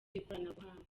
ikoranabuhanga